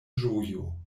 ĝojo